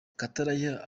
gatarayiha